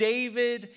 David